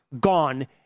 gone